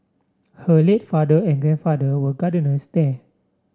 her late father and grandfather were gardeners there